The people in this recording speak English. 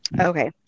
Okay